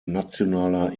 nationaler